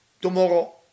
tomorrow